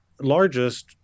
largest